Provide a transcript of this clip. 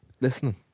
listening